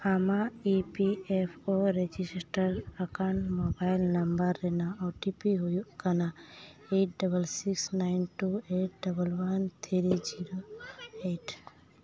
ᱟᱢᱟᱜ E P F O register ᱟᱠᱟᱱ mobile number ᱨᱮᱱᱟᱜ ᱳ ᱴᱤ ᱯᱤ ᱦᱩᱭᱩᱜ ᱠᱟᱱᱟ eight double six nine two eight double one three zero eight